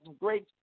Great